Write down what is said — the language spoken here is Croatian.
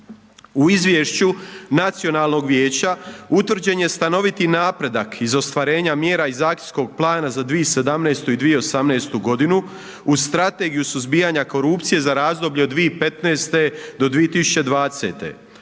U izvješću nacionalnog vijeća utvrđen je stanoviti napredak iz ostvarenja mjera iz akcijskog plana za 2017. i 2018. uz Strategiju suzbijanja korupcije za razdoblje 2015.-2020. no